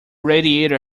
radiator